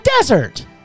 desert